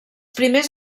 primers